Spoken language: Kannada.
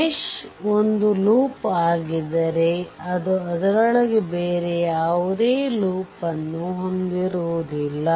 ಮೆಶ್ ಒಂದು ಲೂಪ್ ಆಗಿದ್ದರೆ ಅದು ಅದರೊಳಗೆ ಬೇರೆ ಯಾವುದೇ ಲೂಪ್ ಅನ್ನು ಹೊಂದಿರುವುದಿಲ್ಲ